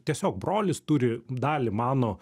tiesiog brolis turi dalį mano